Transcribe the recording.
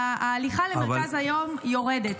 ההליכה למרכז היום יורדת.